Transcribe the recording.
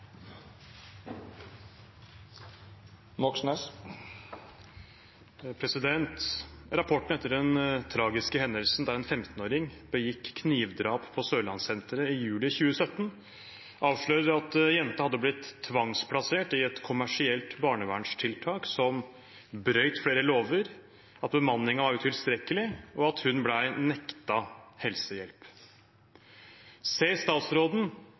etter den tragiske hendelsen der en 15-åring begikk knivdrap på Sørlandssenteret i juli 2017, avslører at jenta hadde blitt tvangsplassert i et kommersielt barnevernstiltak som brøt flere lover, bemanninga var utilstrekkelig og hun ble nektet helsehjelp. Ser statsråden